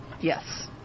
yes